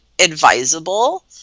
advisable